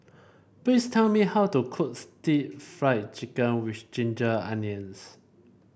please tell me how to cook stir Fry Chicken with Ginger Onions